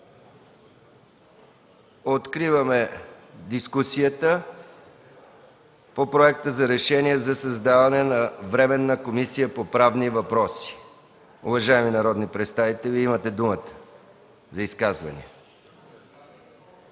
Откривам дискусията по Проекта за решение за създаване на Временна комисия по правни въпроси. Уважаеми народни представители, имате думата за изказвания.